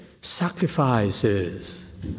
sacrifices